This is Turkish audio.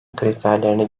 kriterlerini